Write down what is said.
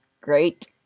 great